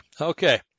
Okay